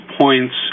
points